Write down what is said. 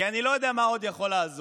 כי אני לא יודע מה עוד יכול לעזור: